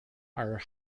are